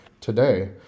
today